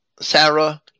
Sarah